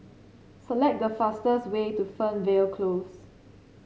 select the fastest way to Fernvale Close